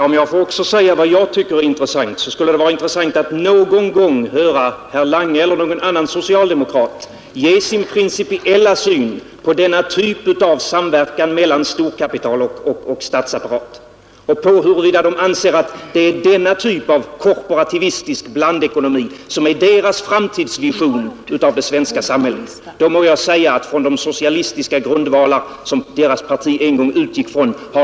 Fru talman! Om också jag får säga vad jag tycker är intressant, vill jag säga att det skulle vara intressant att någon gång få höra herr Lange eller någon annan socialdemokrat ge sin principiella syn på denna typ av samverkan mellan storkapital och statsapparat. Om denna typ av korporativistisk blandekonomi är deras framtidsvision av det svenska samhället, må jag säga att de har avlägsnat sig mycket långt från de socialistiska grundvalar som deras parti en gång utgick från.